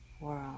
world